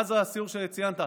מאז הסיור שציינת,